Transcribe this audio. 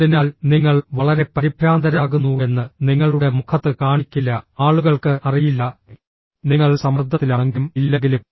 അതിനാൽ നിങ്ങൾ വളരെ പരിഭ്രാന്തരാകുന്നുവെന്ന് നിങ്ങളുടെ മുഖത്ത് കാണിക്കില്ല ആളുകൾക്ക് അറിയില്ല നിങ്ങൾ സമ്മർദ്ദത്തിലാണെങ്കിലും ഇല്ലെങ്കിലും